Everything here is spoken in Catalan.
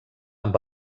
amb